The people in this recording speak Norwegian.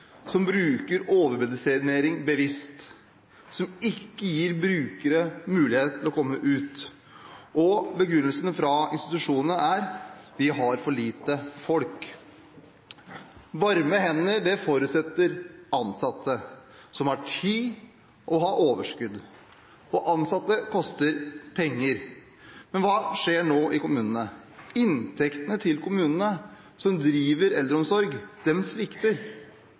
som bruker overmedisinering bevisst, og som ikke gir brukere mulighet til å komme ut. Begrunnelsen fra institusjonene er at de har for lite folk. Varme hender forutsetter ansatte som har tid og overskudd – og ansatte koster penger. Men hva skjer i kommunene nå? Inntektene til kommunene, som driver eldreomsorg, svikter.